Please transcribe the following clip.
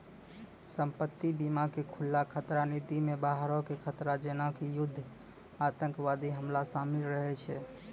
संपत्ति बीमा के खुल्ला खतरा नीति मे बाहरो के खतरा जेना कि युद्ध आतंकबादी हमला शामिल रहै छै